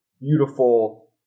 beautiful